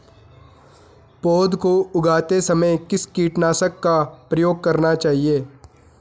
पौध को उगाते समय किस कीटनाशक का प्रयोग करना चाहिये?